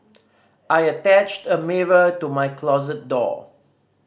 I attached a mirror to my closet door